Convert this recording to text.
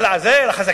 זה לחזקים.